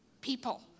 people